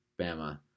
Bama